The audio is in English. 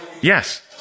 Yes